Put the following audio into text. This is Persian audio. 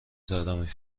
طارمی